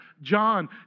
John